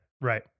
Right